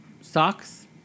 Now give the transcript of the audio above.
socks